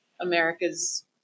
america's